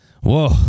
Whoa